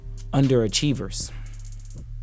underachievers